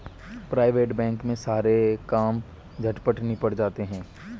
private bank में सारे काम झटपट निबट जाते हैं